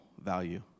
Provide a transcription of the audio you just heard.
value